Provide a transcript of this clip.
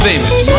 famous